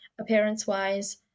appearance-wise